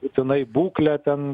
būtinai būklę ten